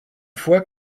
fois